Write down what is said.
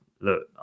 look